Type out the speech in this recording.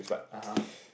(uh huh)